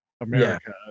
America